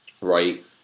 right